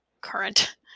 current